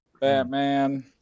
Batman